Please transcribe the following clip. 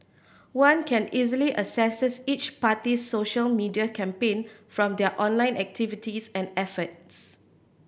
one can easily assesses each party's social media campaign from their online activities and efforts